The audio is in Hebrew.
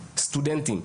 סטודנטים,